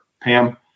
Pam